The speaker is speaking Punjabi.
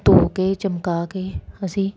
ਧੋ ਕੇ ਚਮਕਾ ਕੇ ਅਸੀਂ